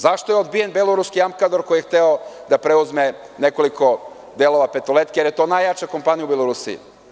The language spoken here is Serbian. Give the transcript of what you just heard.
Zašto je odbijen beloruski „Amkodor“ koji je hteo da preuzme nekoliko delova „Petoltke“, jer je to najjača kompanija u Belorusiji?